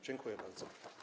Dziękuję bardzo.